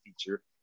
feature